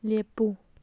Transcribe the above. ꯂꯦꯞꯄꯨ